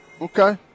Okay